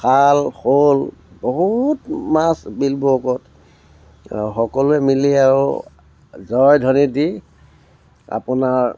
শাল শ'ল বহুত মাছ বিলবোৰৰ ওপৰত অঁ সকলোৱে মিলি আৰু জয় ধ্বনি দি আপোনাৰ